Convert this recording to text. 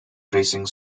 racing